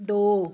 ਦੋ